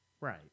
Right